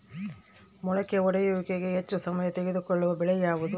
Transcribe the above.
ಮೊಳಕೆ ಒಡೆಯುವಿಕೆಗೆ ಹೆಚ್ಚು ಸಮಯ ತೆಗೆದುಕೊಳ್ಳುವ ಬೆಳೆ ಯಾವುದು?